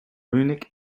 runic